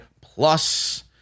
plus